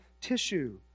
tissue